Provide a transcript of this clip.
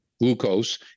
glucose